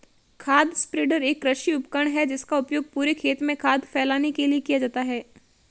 खाद स्प्रेडर एक कृषि उपकरण है जिसका उपयोग पूरे खेत में खाद फैलाने के लिए किया जाता है